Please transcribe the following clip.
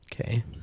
Okay